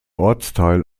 ortsteil